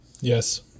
Yes